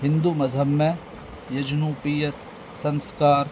ہندو مذہب میں سنسکار